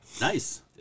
Nice